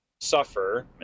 suffer